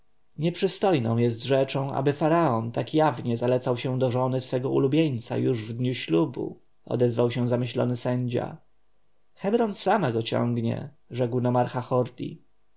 robi nieprzystojną jest rzeczą aby faraon tak jawnie zalecał się do żony swego ulubieńca już w dniu ślubu odezwał się zamyślony sędzia hebron sama go ciągnie rzekł nomarcha horti